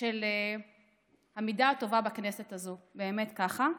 של המידה הטובה בכנסת הזו, באמת כך.